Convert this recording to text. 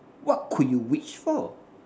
what could you wish for